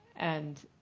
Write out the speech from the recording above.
and